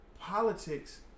politics